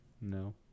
No